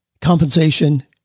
compensation